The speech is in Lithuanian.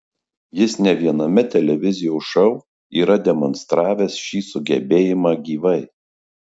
jis ne viename televizijos šou yra demonstravęs šį sugebėjimą gyvai